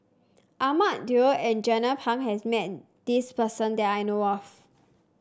Ahmad Daud and Jernnine Pang has met this person that I know of